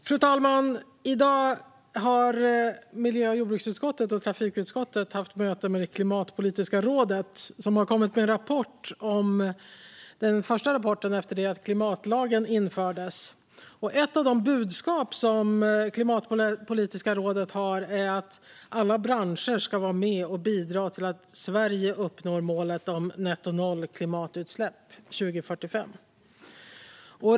Fru talman! I dag har miljö och jordbruksutskottet och trafikutskottet haft möte med Klimatpolitiska rådet, som har kommit med den första rapporten efter att klimatlagen infördes. Ett av de budskap som Klimatpolitiska rådet har är att alla branscher ska vara med och bidra till att Sverige uppnår målet om nettonollklimatutsläpp 2045.